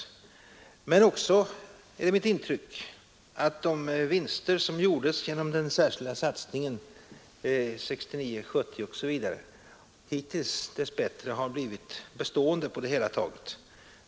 Men mitt intryck är också att de vinster som gjordes genom den särskilda satsningen 1969—1970 hittills dess bättre har blivit bestående på det hela taget.